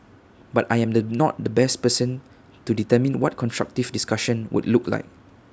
but I am the not the best person to determine what constructive discussion would look like